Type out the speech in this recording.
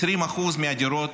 20% מהדירות